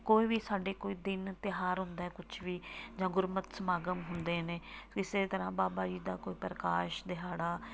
ਕੋਈ ਵੀ ਸਾਡੇ ਕੋਈ ਦਿਨ ਤਿਉਹਾਰ ਹੁੰਦਾ ਕੁਛ ਵੀ ਜਾਂ ਗੁਰਮਤਿ ਸਮਾਗਮ ਹੁੰਦੇ ਨੇ ਕਿਸੇ ਤਰ੍ਹਾਂ ਬਾਬਾ ਜੀ ਦਾ ਕੋਈ ਪ੍ਰਕਾਸ਼ ਦਿਹਾੜਾ